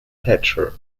thatcher